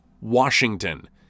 Washington